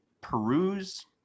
peruse